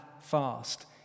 fast